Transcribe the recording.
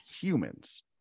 humans